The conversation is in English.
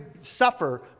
suffer